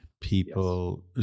People